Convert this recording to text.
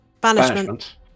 Banishment